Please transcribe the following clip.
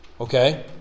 Okay